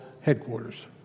headquarters